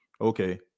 Okay